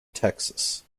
texas